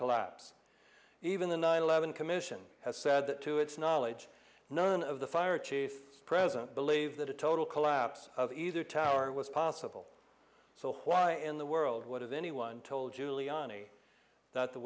collapse even the nine eleven commission has said that to its knowledge none of the fire chief present believe that a total collapse of either tower was possible so why in the world would have anyone told giuliani that the